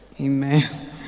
Amen